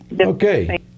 Okay